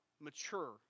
mature